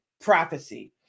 prophecy